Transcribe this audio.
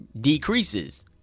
decreases